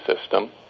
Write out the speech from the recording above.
system